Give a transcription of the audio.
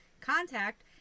contact